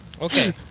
Okay